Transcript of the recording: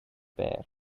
bare